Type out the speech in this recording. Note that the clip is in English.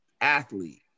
athlete